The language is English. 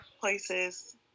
places